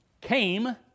came